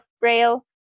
braille